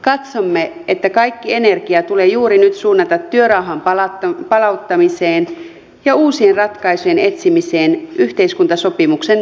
katsomme että kaikki energia tulee juuri nyt suunnata työrauhan palauttamiseen ja uusien ratkaisujen etsimiseen yhteiskuntasopimuksen toteutumiseksi